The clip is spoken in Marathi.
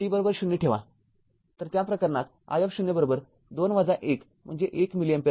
तरत्या प्रकरणात i० २ १ म्हणजे १ मिली अँपिअर आहे